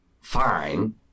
fine